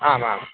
आम् आम्